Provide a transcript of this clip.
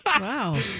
Wow